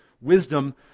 wisdom